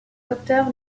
docteur